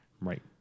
Right